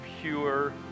pure